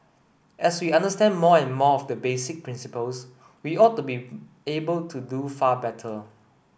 as we understand more and more of the basic principles we ought to be able to do far better